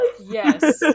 Yes